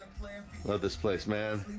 love this place man